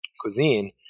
cuisine